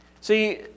See